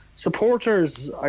supporters